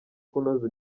kunoza